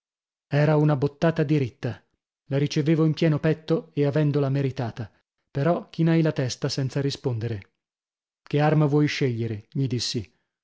era una bottata diritta la ricevevo in pieno petto e avendola meritata però chinai la testa senza rispondere che arma vuoi scegliere gli dissi